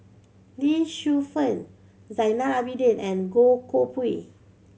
Lee Shu Fen Zainal Abidin and Goh Koh Pui